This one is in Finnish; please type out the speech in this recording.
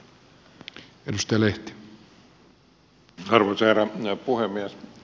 arvoisa herra puhemies